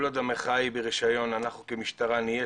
כל עוד המחאה היא ברישיון אנחנו כמשטרה נהיה